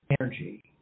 energy